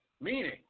meaning